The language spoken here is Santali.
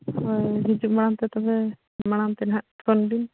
ᱦᱳᱭ ᱦᱤᱡᱩᱜ ᱢᱟᱲᱟᱝ ᱛᱮ ᱛᱚᱵᱮ ᱢᱟᱲᱟᱝ ᱛᱮᱱᱟᱦᱟᱜ ᱯᱷᱳᱱ ᱵᱤᱱ